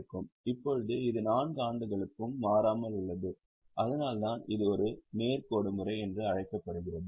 இப்போது இது 4 ஆண்டுகளுக்கும் மாறாமல் உள்ளது அதனால்தான் இது ஒரு நேர் கோடு முறை என அழைக்கப்படுகிறது